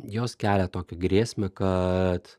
jos kelia tokią grėsmę kad